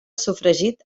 sofregit